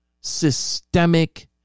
systemic